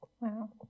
Wow